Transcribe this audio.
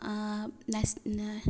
S